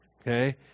okay